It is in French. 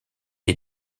est